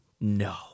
No